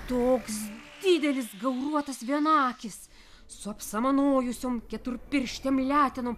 toks didelis gauruotas vienakis su apsamanojusiom keturpirštėm letenom